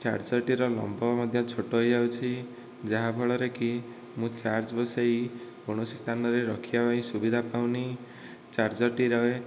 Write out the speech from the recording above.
ଚାର୍ଜର୍ଟିର ଲମ୍ବ ମଧ୍ୟ ଛୋଟ ହୋଇଯାଉଛି ଯାହା ଫଳରେକି ମୁଁ ଚାର୍ଜ୍ ବସାଇ କୌଣସି ସ୍ଥାନରେ ରଖିବା ପାଇଁ ସୁବିଧା ପାଉନି ଚାର୍ଜର୍ଟିରେ